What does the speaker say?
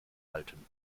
alten